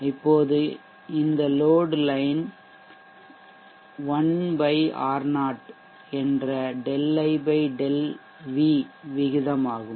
இப்போது இந்த load line 1 R0 என்ற ∆I ∆V விகிதம் ஆகும்